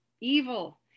evil